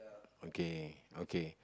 okay okay